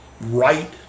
right